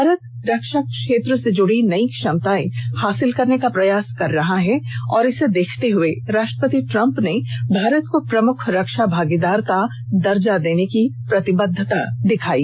भारत रक्षा क्षेत्र से जुड़ी नई क्षमताएं हासिल करने का प्रयास कर रहा है और इसे देखते हुए राष्ट्रपति ट्रम्प ने भारत को प्रमुख रक्षा भागीदार का दर्जा देने की प्रतिबद्धता दिखाई है